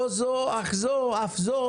לא זו אף זו,